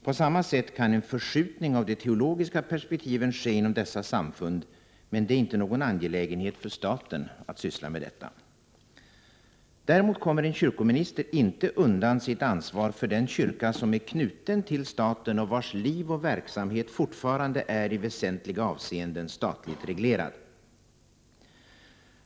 På samma sätt kan en förskjutning av de teologiska perspektiven ske inom dessa samfund, men det är inte någon angelägenhet för staten. Däremot kommer en kyrkominister inte undan sitt ansvar för den kyrka som är knuten till staten och vars liv och verksamhet fortfarande i väsentliga avseenden är statligt reglerad.